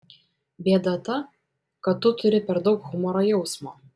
bėda ta kad tu turi per daug humoro jausmo